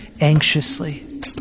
anxiously